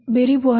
berry Boehm Dr